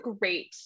great